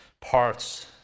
parts